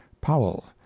Powell